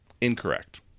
Incorrect